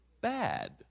bad